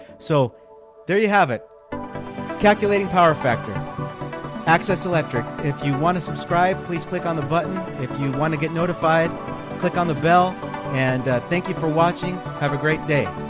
so there you have it calculating power factor access electric if you want to subscribe, please click on the button if you want to get notified click on the bell and thank you for watching. have a great day.